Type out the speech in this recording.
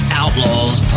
outlaws